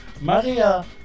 Maria